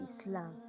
Islam